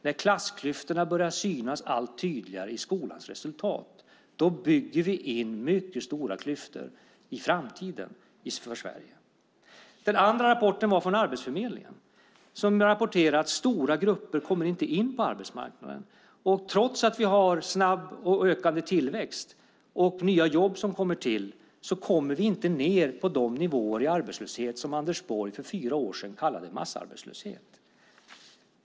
När klassklyftorna börjar synas allt tydligare i skolans resultat bygger vi in mycket stora klyftor i framtiden för Sverige. Den andra rapporten var från Arbetsförmedlingen, som rapporterar att stora grupper inte kommer in på arbetsmarknaden. Trots att vi har snabb och ökande tillväxt och nya jobb som kommer till kommer vi inte ned på de nivåer i arbetslöshet som Anders Borg för fyra år sedan kallade massarbetslöshet.